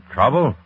Trouble